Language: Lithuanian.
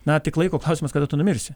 na tik laiko klausimas kada tu numirsi